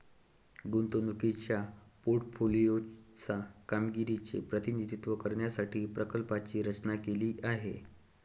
गुंतवणुकीच्या पोर्टफोलिओ च्या कामगिरीचे प्रतिनिधित्व करण्यासाठी प्रकल्पाची रचना केली आहे